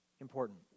important